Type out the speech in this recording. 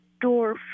door